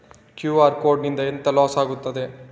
QR code ನಿಂದ ಎಂತ loss ಆಗ್ತದೆ?